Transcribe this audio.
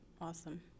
awesome